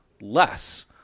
less